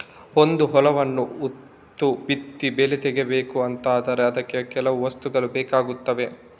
ಒಂದು ಹೊಲವನ್ನ ಉತ್ತು ಬಿತ್ತಿ ಬೆಳೆ ತೆಗೀಬೇಕು ಅಂತ ಆದ್ರೆ ಅದಕ್ಕೆ ಕೆಲವು ವಸ್ತುಗಳು ಬೇಕಾಗ್ತವೆ